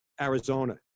Arizona